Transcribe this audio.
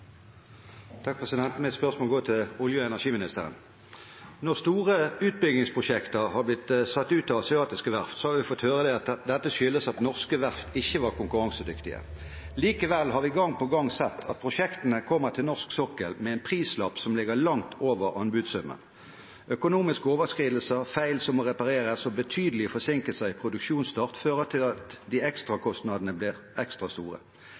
energiministeren: Når store utbyggingsprosjekter har blitt satt ut til asiatiske verft, har vi fått høre at dette skyldes at norske verft ikke var konkurransedyktige. Likevel har vi gang på gang sett at prosjektene kommer til norsk sokkel med en prislapp som ligger langt over anbudssummen. Økonomiske overskridelser, feil som må repareres, og betydelige forsinkelser i produksjonsstart fører til at de ekstrakostnadene blir ekstra store.